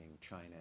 China